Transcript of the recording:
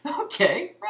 Okay